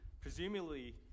Presumably